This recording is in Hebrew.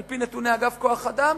על-פי נתוני אגף כוח-אדם,